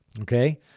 Okay